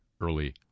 early